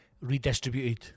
redistributed